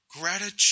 gratitude